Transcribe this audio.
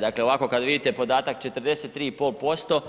Dakle, ovako kad vidite podatak 43,5%